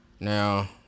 Now